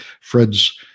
Fred's